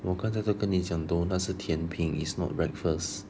我刚才都跟你讲 donut 是甜品 is not breakfast